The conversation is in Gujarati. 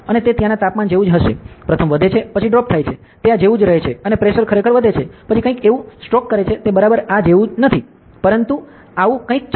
અને તે ત્યાંના તાપમાન જેવું હશે પ્રથમ વધે છે પછી ડ્રોપ થાય છે તે આ જેવું જ રહે છે અને પ્રેશર ખરેખર વધે છે પછી કંઈક એવું સ્ટ્રોક કરે છે તે બરાબર આ જેવું નથી પરંતુ આવું કંઈક છે